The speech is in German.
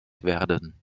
werden